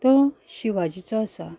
तो शिवाजीचो आसा